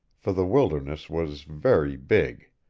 for the wilderness was very big.